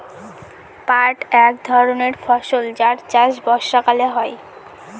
পাট এক ধরনের ফসল যার চাষ বর্ষাকালে হয়